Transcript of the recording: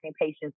patients